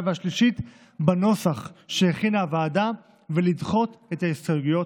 והשלישית בנוסח שהכינה הוועדה ולדחות את ההסתייגויות.